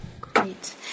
Great